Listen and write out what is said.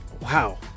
wow